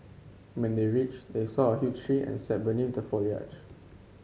when they reached they saw a huge tree and sat beneath the foliage